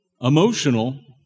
emotional